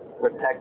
protect